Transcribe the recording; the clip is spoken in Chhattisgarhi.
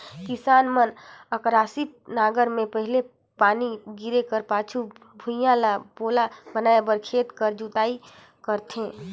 किसान मन अकरासी नांगर मे पहिल पानी गिरे कर पाछू भुईया ल पोला बनाए बर खेत कर जोताई करथे